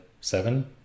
seven